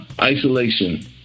isolation